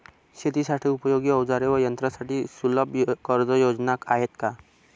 शेतीसाठी उपयोगी औजारे व यंत्रासाठी सुलभ कर्जयोजना आहेत का?